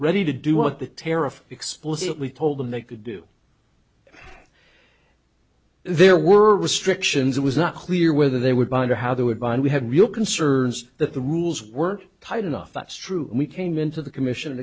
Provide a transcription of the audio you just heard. ready to do what the tariff explicitly told them they could do there were restrictions it was not clear whether they would bind or how they would buy and we had real concerns that the rules weren't tight enough that's true we came into the commission and